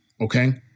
okay